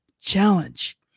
Challenge